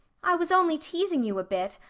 i was only teasing you a bit.